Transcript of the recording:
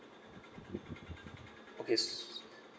okay